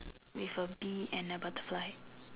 with a bee and a butterfly